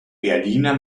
berliner